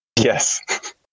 Yes